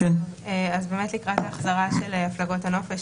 לקראת החזרת הפלגות הנופש,